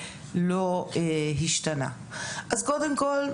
לא השתנה מאז 2012. קודם כל,